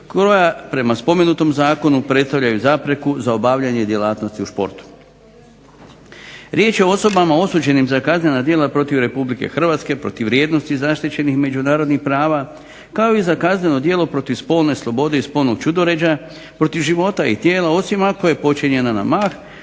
koja prema spomenutom zakonu predstavljaju zapreku za obavljanje djelatnosti u športu. Riječ je o osobama osuđenim za kaznena djela protiv Republike Hrvatske, protiv vrijednosti zaštićenih međunarodnih prava kao i za kazneno djelo protiv spolne slobode i spolnog ćudoređa, protiv života i tijela osim ako je počinjena na mah